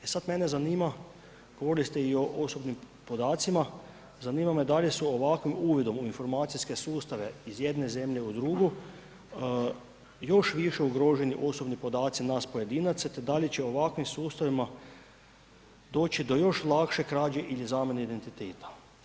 E sada mene zanima govorili ste i o osobnim podacima, zanima da li su ovakvim uvidom u informacijske sustave iz jedne zemlje u drugu još više ugroženi osobni podaci nas pojedinaca te da li će ovakvim sustavima doći do još lakše krađe ili zamjene identiteta?